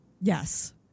Yes